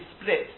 split